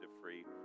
free